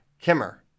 Kimmer